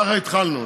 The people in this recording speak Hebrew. ככה התחלנו.